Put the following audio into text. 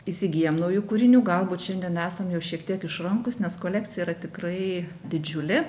įsigyjam naujų kūrinių galbūt šiandien esam jau šiek tiek išrankūs nes kolekcija yra tikrai didžiulė